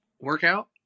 workout